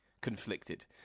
conflicted